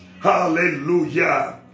Hallelujah